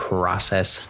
Process